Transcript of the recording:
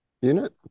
unit